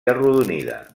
arrodonida